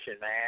man